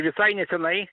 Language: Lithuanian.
visai nesenai